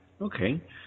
Okay